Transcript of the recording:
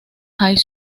high